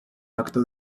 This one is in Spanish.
acto